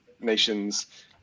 nations